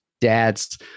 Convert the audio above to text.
dads